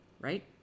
right